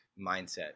mindset